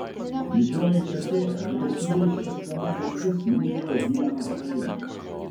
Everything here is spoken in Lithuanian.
didžioji katė agresyviai šiepdama dantis nuveja hieną šalin